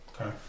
Okay